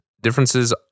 differences